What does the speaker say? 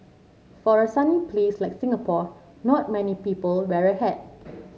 for a sunny place like Singapore not many people wear a hat